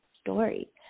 story